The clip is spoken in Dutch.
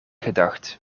gedacht